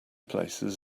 places